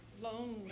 lonely